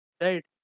right